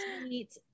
sweet